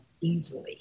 easily